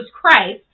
Christ